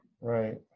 Right